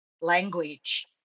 language